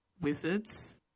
wizards